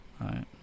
right